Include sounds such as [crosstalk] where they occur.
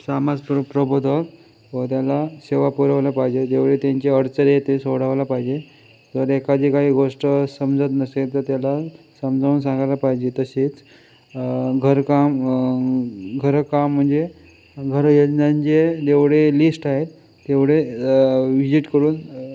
समाज प्र प्रबोधक [unintelligible] सेवा पुरवल्या पाहिजे जेवढी त्यांची अडचणी आहे ते सोडवल्या पाहिजे जर एखादी काही गोष्ट समजत नसेल तर त्याला समजावून सांगायला पाहिजे तसेच घरकाम घरकाम म्हणजे घर योजनांचे जेवढे लिस्ट आहेत तेवढे विझिट करून